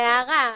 זו הערה.